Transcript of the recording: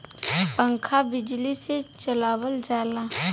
पंखा बिजली से चलावल जाला